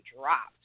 dropped